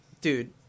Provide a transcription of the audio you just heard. Dude